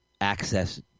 access